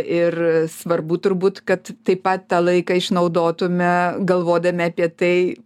ir svarbu turbūt kad taip pat tą laiką išnaudotume galvodami apie tai